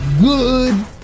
good